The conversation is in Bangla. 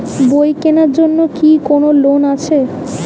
বই কেনার জন্য কি কোন লোন আছে?